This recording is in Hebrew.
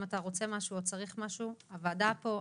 אם אתה רוצה משהו או צריך משהו - הוועדה פה,